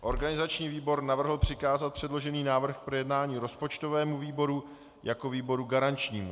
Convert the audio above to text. Organizační výbor navrhl přikázat předložený návrh k projednání rozpočtovému výboru jako výboru garančnímu.